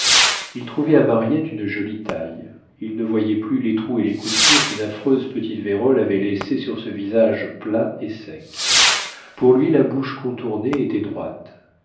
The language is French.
il trouvait à mariette une jolie taille il ne voyait plus les trous et les coutures qu'une affreuse petite vérole avait laissés sur ce visage plat et sec pour lui la bouche contournée était droite